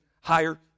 higher